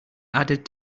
added